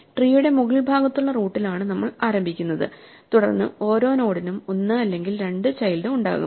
ട്രീയുടെ മുകൾ ഭാഗത്തുള്ള റൂട്ടിലാണ് നമ്മൾ ആരംഭിക്കുന്നത് തുടർന്ന് ഓരോ നോഡിനും 1 അല്ലെങ്കിൽ 2 ചൈൽഡ് ഉണ്ടാകും